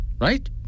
right